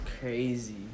crazy